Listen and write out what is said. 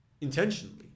intentionally